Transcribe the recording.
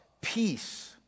peace